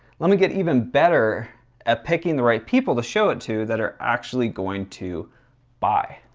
let me get even better at picking the right people to show it to that are actually going to buy.